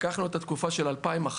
לקחנו את התקופה של 2011,